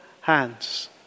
hands